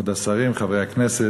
כבוד השרים, חברי הכנסת,